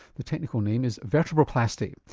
the technical name is vertebroplasty.